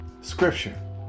Scripture